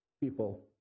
people